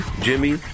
Jimmy